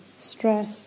stress